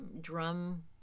Drum